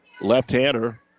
left-hander